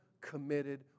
committed